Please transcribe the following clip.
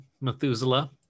Methuselah